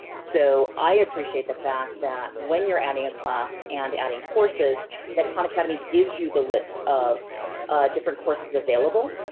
so, i appreciate the fact that, when you're adding a class and adding courses that khan academy gives you the list of different courses available.